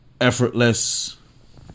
effortless